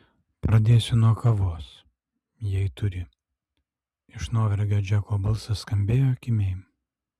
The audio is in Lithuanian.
pradėsiu nuo kavos jei turi iš nuovargio džeko balsas skambėjo kimiai